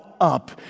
up